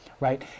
right